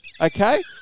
okay